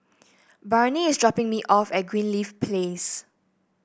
Barnie is dropping me off at Greenleaf Place